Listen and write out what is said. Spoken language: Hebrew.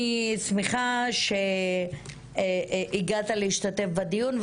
אני שמחה שהגעת להשתתף בדיון,